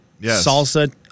salsa